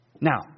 Now